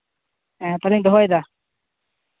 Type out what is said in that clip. ᱦᱮᱸ ᱛᱟᱦᱞᱮᱧ ᱫᱚᱦᱚᱭ ᱫᱟ